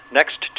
next